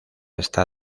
está